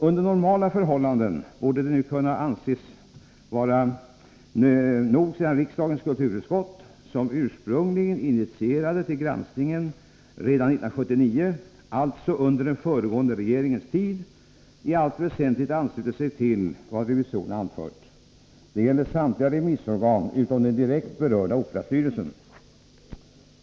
Under normala förhållanden borde det nu kunna anses vara nog sedan riksdagens kulturutskott — som ursprungligen initierade till granskningen redan 1979, alltså under den föregående regeringens tid — i allt väsentligt ansluter sig till vad revisorerna anfört. Det gäller samtliga remissorgan utom den direkt berörda Operastyrelsen.